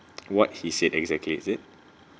what he said exactly is it